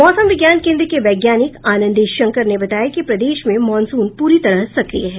मौसम विज्ञान केन्द्र के वैज्ञानिक आनंद शंकर ने बताया कि प्रदेश में मानसून पूरी तरह सक्रिय है